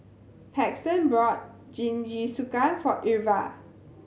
Paxton bought Jingisukan for Irva